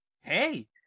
hey